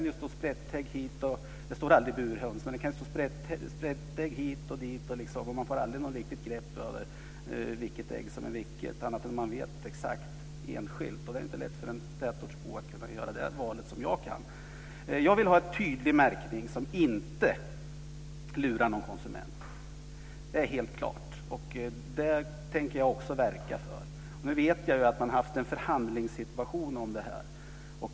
Det står aldrig burhöns på paketen, men det står sprättägg hit och dit, och man får aldrig något riktigt grepp över vilket ägg som är vilket - annat än att veta exakt för varje enskilt ägg. Det är inte lätt för en tätortsbo att göra det val jag kan göra. Jag vill ha en tydlig märkning som inte lurar någon konsument. Det är helt klart. Det tänker jag verka för. Jag vet att det har varit en förhandlingssituation.